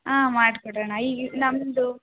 ಹಾಂ ಮಾಡ್ಕೊಡೋಣ ಈಗ ನಮ್ಮದು